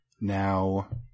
Now